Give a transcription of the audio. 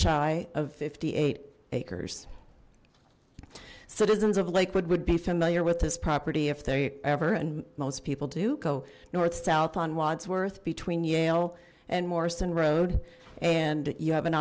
shy of fifty eight acres citizens of lakewood would be familiar with this property if they ever and most people do go north south on wodsworth between yale and morrison road and you have an